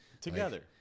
together